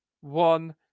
one